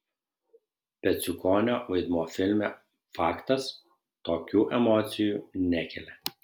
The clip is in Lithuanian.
peciukonio vaidmuo filme faktas tokių emocijų nekelia